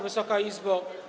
Wysoka Izbo!